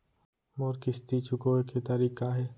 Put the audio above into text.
मोर किस्ती चुकोय के तारीक का हे?